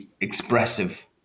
expressive